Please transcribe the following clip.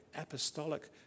apostolic